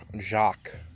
Jacques